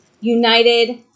United